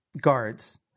guards